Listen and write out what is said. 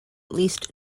least